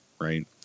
right